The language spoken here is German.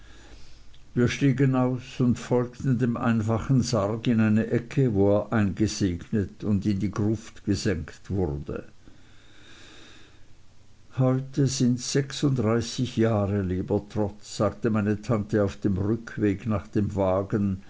wir stiegen aus und folgten dem einfachen sarg in eine ecke wo er eingesegnet und in die gruft gesenkt wurde heute sinds sechsunddreißig jahre lieber trot sagte meine tante auf dem rückweg nach dem wagen